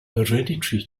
hereditary